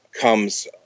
comes